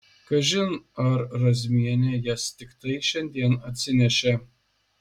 kažin ar razmienė jas tiktai šiandien atsinešė